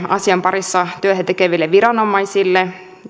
asian parissa työtä tekeville viranomaisille